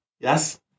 Yes